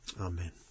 Amen